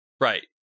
right